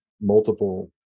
multiple